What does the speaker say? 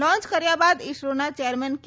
launch કર્યા બાદ ઈસરોના ચેરમેન કે